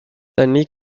stanley